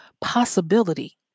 possibility